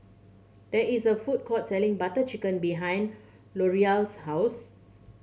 there is a food court selling Butter Chicken behind Lorelai's house